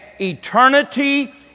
Eternity